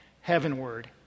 heavenward